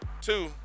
Two